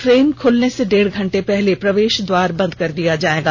train खुलने के डेढ़ घंटे पहले प्रवेश द्वार को बंद कर दिया जायेगा